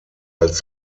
als